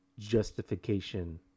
justification